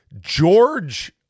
George